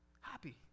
Happy